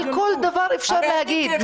על כל דבר אפשר להגיד,